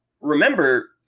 remember